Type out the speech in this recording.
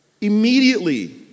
Immediately